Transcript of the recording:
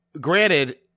granted